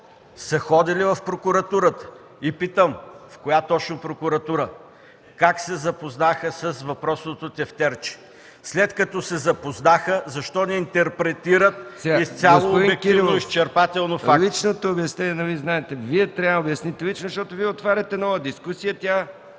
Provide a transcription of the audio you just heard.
са ходили в прокуратурата. Питам: в коя точно прокуратура? Как се запознаха с въпросното тефтерче? След като се запознаха, защо не интерпретират изцяло и изчерпателно фактите?